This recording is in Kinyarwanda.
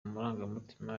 marangamutima